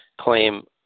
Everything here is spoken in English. claim